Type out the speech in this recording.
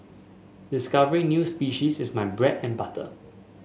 discovering new species is my bread and butter